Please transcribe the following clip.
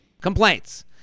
Complaints